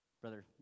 Brother